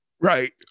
Right